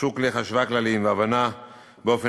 רכשו כלי חשיבה כלליים והבנה באופן